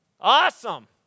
Awesome